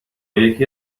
یکی